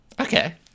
Okay